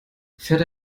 fährt